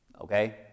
Okay